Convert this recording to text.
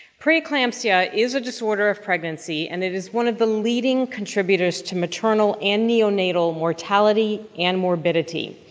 preeclampsia is a disorder of pregnancy, and it is one of the leading contributors to maternal and neonatal mortality and morbidity.